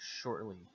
shortly